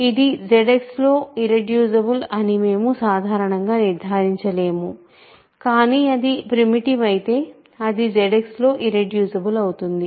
ఇది ZX లో irreducible అని మేము సాధారణంగా నిర్ధారించలేము కానీ అది ప్రిమిటివ్ అయితే అది ZX లో ఇర్రెడ్యూసిబుల్ అవుతుంది